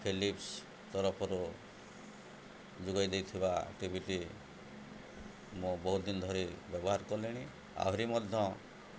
ତରଫରୁ ଯୋଗାଇ ଦେଇଥିବା ଟିଭିଟି ମୁଁ ବହୁତ ଦିନ ଧରି ବ୍ୟବହାର କଲିଣି ଆହୁରି ମଧ୍ୟ